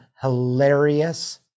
hilarious